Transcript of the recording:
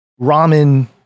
ramen